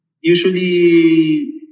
Usually